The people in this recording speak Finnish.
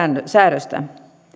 säädöstä